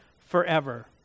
forever